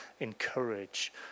encourage